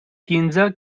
quinze